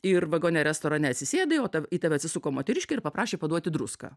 ir vagone restorane atsisėdai o į tave atsisuko moteriškė ir paprašė paduoti druską